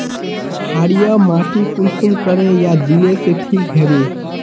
क्षारीय माटी कुंसम करे या दिले से ठीक हैबे?